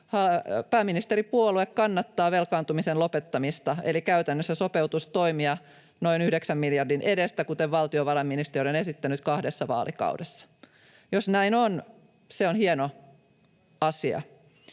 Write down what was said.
pääministeripuolue kannattaa velkaantumisen lopettamista eli käytännössä sopeutustoimia noin 9 miljardin edestä, kuten valtiovarainministeriö on esittänyt, kahdessa vaalikaudessa? Jos näin on, se on hieno asia.